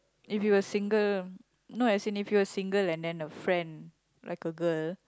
if you were single no as in if you were single and then a friend like a girl